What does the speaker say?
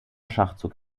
schachzug